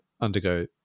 undergo